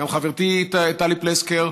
וגם חברתי טלי פלוסקוב,